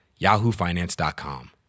yahoofinance.com